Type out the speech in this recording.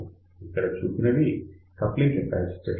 ఇక్కడ చూపినవి coupling capacitor